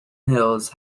hills